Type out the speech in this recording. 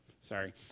sorry